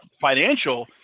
financial